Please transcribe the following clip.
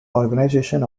organization